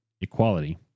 Equality